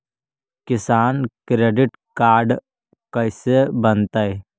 किसान credit card कैसे बनतै?